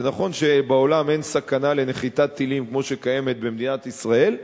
זה נכון שבעולם אין סכנה של נחיתת טילים כמו שקיימת במדינת ישראל,